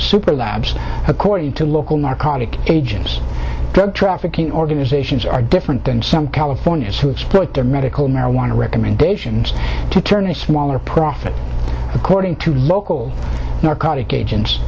labs according to local narcotic agents drug trafficking organizations are different than some californians who exploit their medical marijuana recommendations to turn a smaller profit according to local narcotic agents